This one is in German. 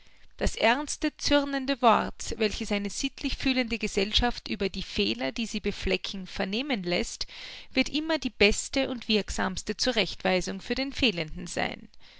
das ernste zürnende wort welches eine sittlich fühlende gesellschaft über die fehler die sie beflecken vernehmen läßt wird immer die beste und wirksamste zurechtweisung für den fehlenden sein